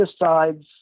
decides